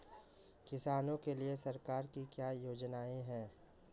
किसानों के लिए सरकार की क्या योजनाएं हैं?